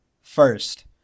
first